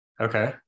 Okay